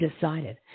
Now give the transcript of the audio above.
decided